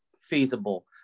feasible